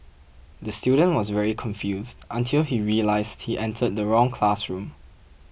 the student was very confused until he realised he entered the wrong classroom